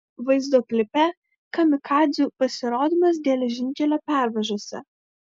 vaizdo klipe kamikadzių pasirodymas geležinkelio pervažose